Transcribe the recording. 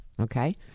Okay